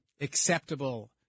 acceptable